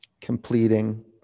Completing